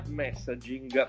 messaging